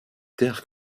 terre